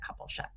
coupleship